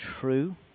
true